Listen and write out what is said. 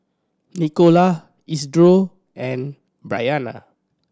Nicola Isidro and Bryanna